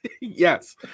Yes